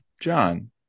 John